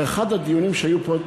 באחד הדיונים שהיו פה,